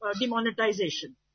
demonetization